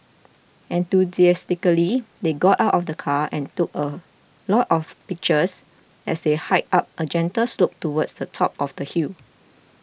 enthusiastically they got out of the car and took a lot of pictures as they hiked up a gentle slope towards the top of the hill